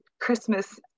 Christmas